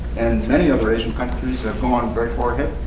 and many other asian countries, have gone very far ahead